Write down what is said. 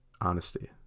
honesty